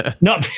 No